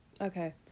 Okay